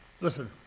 listen